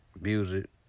music